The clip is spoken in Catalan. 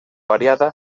variada